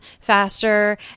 faster